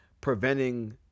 preventing